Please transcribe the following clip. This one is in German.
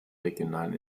regionalen